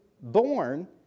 born